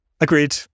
Agreed